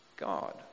God